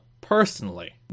personally